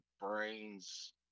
brains